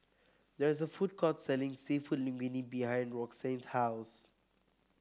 there is a food court selling seafood Linguine behind Roxanne's house